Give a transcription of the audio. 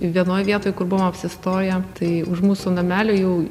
vienoj vietoj kur buvom apsistoję tai už mūsų namelio jau